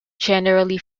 generally